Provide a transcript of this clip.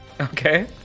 Okay